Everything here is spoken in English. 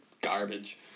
garbage